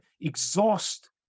exhaust